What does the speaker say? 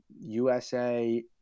USA